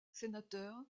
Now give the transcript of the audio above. sénateur